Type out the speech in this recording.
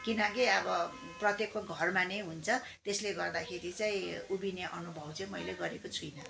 किनकि अब प्रत्येकको घरमा नै हुन्छ त्यसले गर्दाखेरि चाहिँ उभिने अनुभव चाहिँ मैेले गरेको छुइनँ